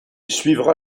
suivra